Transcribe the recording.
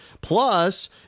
Plus